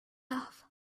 off